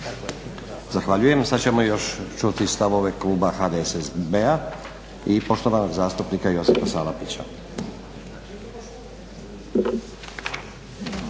Zahvaljujem. Sad ćemo još čuti stavove kluba HDSSB-a i poštovanog zastupnika Josipa Salapića.